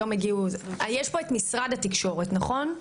יש פה את משרד התקשורת, נכון?